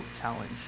challenge